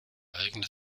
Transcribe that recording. eigene